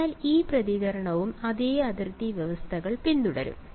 അതിനാൽ ഈ പ്രതികരണവും അതേ അതിർത്തി വ്യവസ്ഥകൾ പിന്തുടരും